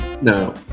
No